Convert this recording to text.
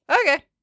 Okay